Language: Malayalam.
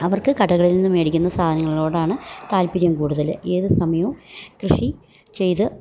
അവർക്ക് കടകളിൽ നിന്ന് മേടിക്കുന്ന സാധനങ്ങളോടാണ് താല്പര്യം കൂടുതല് ഏത് സമയവും കൃഷി ചെയ്ത്